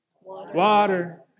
Water